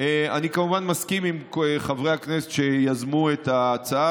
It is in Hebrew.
אני כמובן מסכים עם חברי הכנסת שיזמו את ההצעה